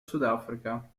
sudafrica